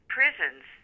prisons